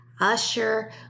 Usher